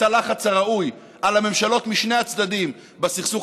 הלחץ הראוי על הממשלות בשני הצדדים בסכסוך,